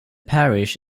parish